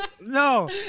No